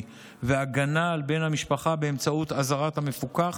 והגנה על בן המשפחה באמצעות אזהרת המפוקח,